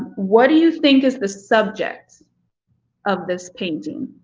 what do you think is the subject of this painting?